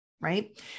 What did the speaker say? right